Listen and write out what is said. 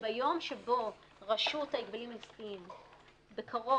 שביום שבו רשות ההגבלים העסקיים בקרוב,